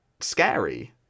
scary